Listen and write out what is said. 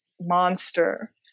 monster